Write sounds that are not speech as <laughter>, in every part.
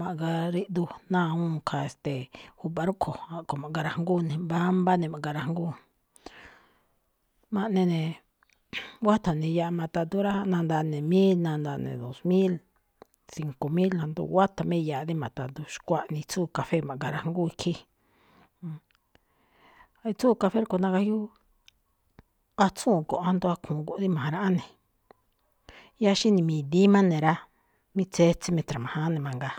Ma̱ꞌgariꞌdu ná awúun khaa, e̱ste̱e̱, ju̱ba̱ rúꞌkho̱, a̱ꞌkho̱ ma̱ꞌga rajngúu̱n ne̱, mbámbá ne̱ ma̱ꞌgarajngúun, ma̱ꞌne ne̱ <noise> wátha̱ ne̱ iyaaꞌ ma̱tha̱du rá. Á nandaaꞌ ne̱ mil, nandaaꞌ ne̱ dos mil, cinco mil, ajndo wátha̱ má iyaaꞌ rí ma̱tha̱du, xkuaꞌni itsúu café ma̱ꞌgarajngúun ikhín. Itsúu café rúꞌkhue̱n nagajyúu atsúun go̱nꞌ asndo akhu̱un go̱nꞌ dí ma̱rájwán ne̱. Yáá xí ni̱mi̱di̱í má ne̱ rá, mí tsetse ma̱tra̱ma̱jáán ne̱ mangaa,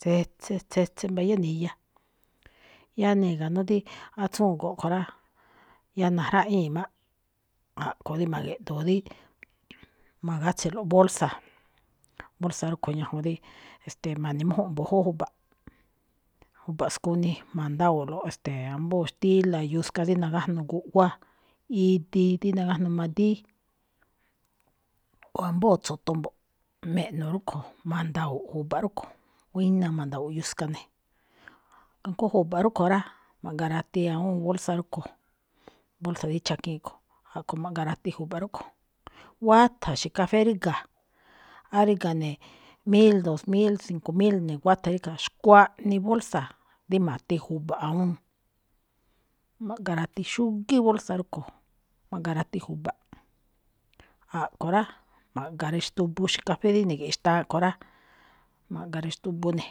tsetse, tsetse mbayá ne̱ iya. Yáá ni̱ga̱nú dí atsúun go̱nꞌ kho̱ꞌ rá, yáá najráꞌíi̱n máꞌ. A̱ꞌkho̱ dí ma̱gi̱ꞌdu̱u̱n dí ma̱gátse̱lo̱ꞌ bolsa, bolsa rúꞌkho̱ ñajuun dí, ste̱e̱, ma̱ne̱mújúnꞌ mbu̱júꞌ ju̱ba̱ꞌ, ju̱ba̱ꞌ skuni ma̱ndáwo̱o̱ꞌlo̱ ambóo xtíla̱, yuska dí nagájnuu guꞌwá, idi dí nagájnuu madíí, o ambóó tso̱ton mbo̱ꞌ, me̱ꞌno̱ rúꞌkho̱ ma̱nda̱wo̱o̱ꞌ júba̱ꞌ rúꞌkho̱, buína̱ ma̱nda̱wo̱o̱ yuska ne̱, kajngó ju̱ba̱ꞌ rúꞌkho̱ rá, ma̱garati awúun bolsa rúꞌkho̱, bolsa rí chakiin kho̱, a̱ꞌkho̱ ma̱ꞌgarati ju̱ba̱ꞌ rúꞌkho̱. Wátha̱ xi̱kafé ríga̱, a ríga̱ ne̱ mil, dos mil, cinco mil ne̱, wátha̱ ríga̱, xkuaꞌnii bolsa dí ma̱ti ju̱ba̱ awúun, ma̱ꞌgarati xúgíí bolsa rúꞌkho̱ ma̱ꞌgarati ju̱ba̱ꞌ, a̱ꞌkho̱ rá, ma̱ꞌgaratuxbo xi̱café rí ni̱ge̱ꞌe̱ xtaa kho̱ rá, ma̱ꞌgaraxtubu ne̱.